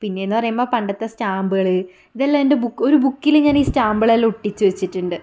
പിന്നെയെന്ന് പറയുമ്പോൾ പണ്ടത്തെ സ്റ്റാമ്പുകൾ ഇതെല്ലം എൻ്റെ ബുക്ക് ഒരു ബുക്കിൽ ഞാനി സ്റ്റാമ്പുകളെല്ലാം ഒട്ടിച്ച് വെച്ചിട്ടുണ്ട്